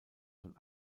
vom